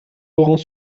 laurent